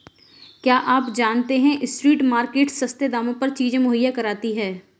क्या आप जानते है स्ट्रीट मार्केट्स सस्ते दामों पर चीजें मुहैया कराती हैं?